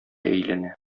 әйләнә